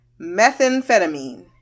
methamphetamine